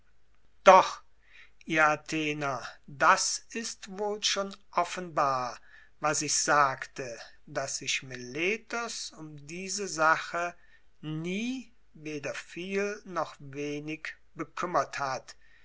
doch ihr athener das ist wohl schon offenbar was ich sagte daß sich meletos um diese sache nie weder viel noch wenig bekümmert hat